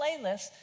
playlists